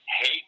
hate